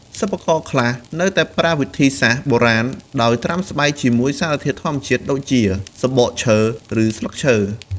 សិប្បករខ្លះនៅតែប្រើវិធីសាស្រ្តបុរាណដោយត្រាំស្បែកជាមួយសារធាតុធម្មជាតិដូចជា សំបកឈើ ឬស្លឹកឈើ។